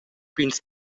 pigns